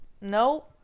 no